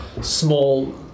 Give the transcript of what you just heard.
small